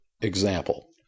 example